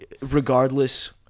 regardless